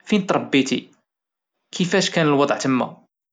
فين تربيتي كيفاش كان الوضع تما؟